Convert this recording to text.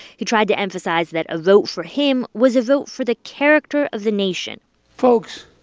he tried to emphasize that a vote for him was a vote for the character of the nation folks,